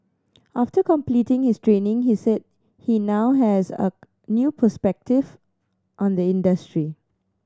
after completing his training he said he now has a new perspective on the industry